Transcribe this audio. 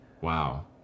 Wow